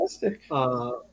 Fantastic